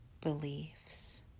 beliefs